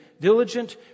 diligent